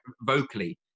vocally